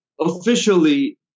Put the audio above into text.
Officially